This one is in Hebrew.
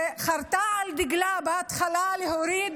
שחרתה על דגלה בהתחלה להוריד